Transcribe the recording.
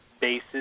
bases